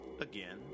Again